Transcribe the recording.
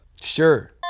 Sure